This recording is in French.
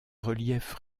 relief